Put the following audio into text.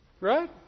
Right